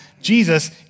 Jesus